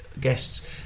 guests